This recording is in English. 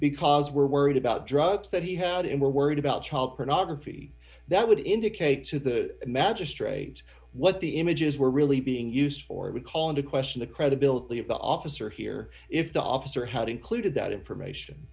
because we're worried about drugs that he had and were worried about child pornography that would indicate to the magistrate what the images were really being used for we call into question the credibility of the officer here if the officer had included that information